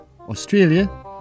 Australia